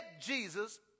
Jesus